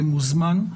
מוזמן.